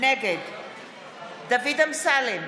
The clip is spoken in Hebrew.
נגד דוד אמסלם,